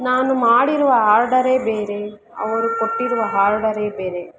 ನಾನು ಮಾಡಿರುವ ಆರ್ಡರೇ ಬೇರೆ ಅವರು ಕೊಟ್ಟಿರುವ ಆರ್ಡರೇ ಬೇರೆ